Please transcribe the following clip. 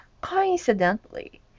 Coincidentally